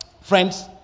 friends